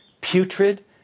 putrid